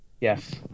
Yes